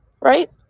right